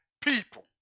people